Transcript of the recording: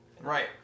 Right